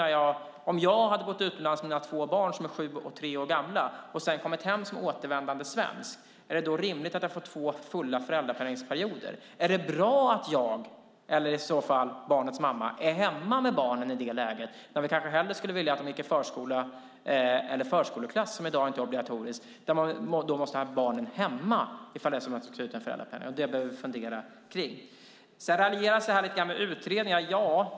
Om jag har bott utomlands med mina två barn som är sju och tre år gamla och sedan kommer hem som återvändande svensk, är det då rimligt att jag får två fulla föräldrapenningsperioder? Är det bra att jag, eller barnens mamma, är hemma med barnen i det läget? Vi skulle kanske hellre vilja att de gick i förskola eller förskoleklass, som inte är obligatoriskt i dag. Man måste ha barnen hemma för att få ta ut föräldrapenningen. Det behöver vi fundera på. Sedan raljeras det lite grann över utredningar.